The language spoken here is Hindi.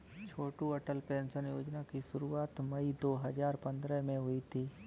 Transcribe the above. छोटू अटल पेंशन योजना की शुरुआत मई दो हज़ार पंद्रह में हुई थी